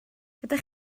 ydych